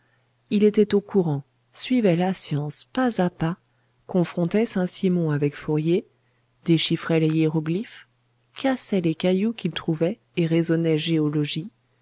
il était au courant suivait la science pas à pas confrontait saint-simon avec fourier déchiffrait les hiéroglyphes cassait les cailloux qu'il trouvait et raisonnait géologie